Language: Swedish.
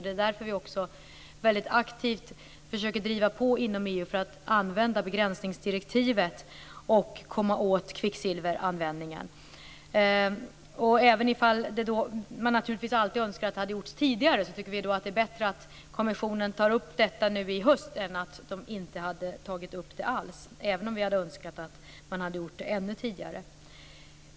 Det är därför vi aktivt försöker driva på inom EU för att använda begränsningsdirektivet för att komma åt kvicksilveranvändningen. Även om man alltid önskar att något hade gjorts tidigare anser vi att det är bättre att kommissionen tar upp frågan i höst än att den inte tas upp alls.